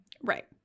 Right